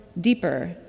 deeper